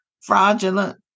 fraudulent